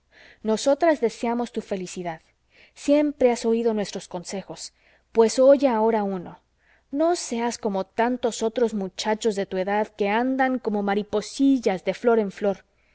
nosotras deseamos tu felicidad siempre has oído nuestros consejos pues oye ahora uno no seas como tantos otros muchachos de tu edad que andan como mariposillas de flor en flor